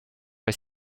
est